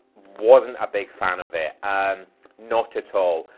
wasn't a big fan of it. um not at all.